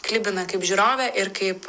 klibina kaip žiūrovę ir kaip